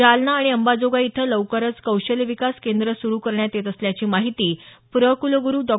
जालना आणि अंबाजोगाई इथं लवकरच कौशल्य विकास केंद्र सुरू करण्यात येत असल्याची माहिती प्र कुलगुरू डॉ